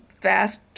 fast